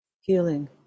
healing